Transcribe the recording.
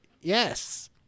yes